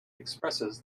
expresses